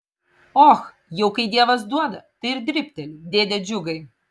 och jau kai dievas duoda tai ir dribteli dėde džiugai